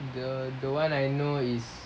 the the one I know is